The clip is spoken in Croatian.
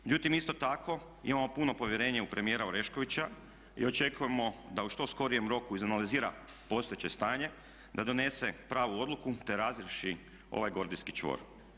Međutim, isto tako imamo puno povjerenje u premijera Oreškovića i očekujemo da u što skorijem roku izanalizira postojeće stanje, da donese pravu odluku te razriješi ovaj gordijski čvor.